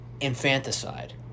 infanticide